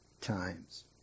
times